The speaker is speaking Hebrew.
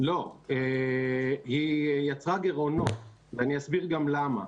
היא יצרה גירעונות, ואסביר למה.